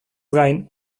gain